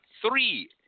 three